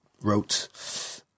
wrote